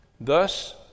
Thus